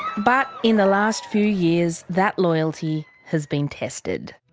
but in the last few years that loyalty has been tested.